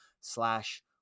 slash